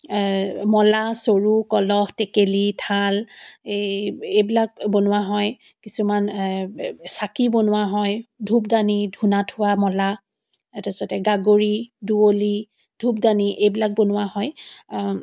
মলা চৰু কলহ টেকেলী থাল এই এইবিলাক বনোৱা হয় কিছুমান চাকি বনোৱা হয় ধূপদানি ধূনা থোৱা মলা তাৰপিছতে গাগৰি ডুৱলি ধূপডানি এইবিলাক বনোৱা হয়